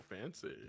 fancy